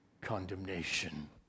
condemnation